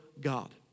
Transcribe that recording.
God